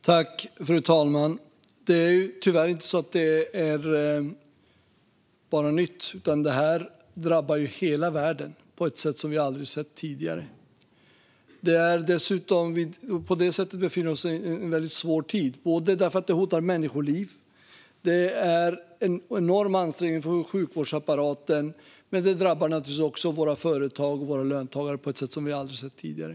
Fru talman! Det här är tyvärr inte bara nytt, utan det drabbar också hela världen på ett sätt som vi aldrig sett tidigare. Vi befinner oss i en väldigt svår tid. Detta hotar människoliv, och det är en enorm ansträngning för sjukvårdsapparaten. Men det drabbar naturligtvis också våra företag och våra löntagare på ett sätt som vi aldrig har sett tidigare.